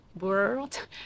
world